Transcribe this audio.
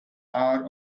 hour